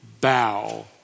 bow